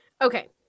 Okay